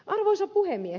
arvoisa puhemies